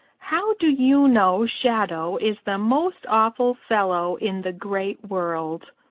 how do you know shadow is the most awful fellow in the great world?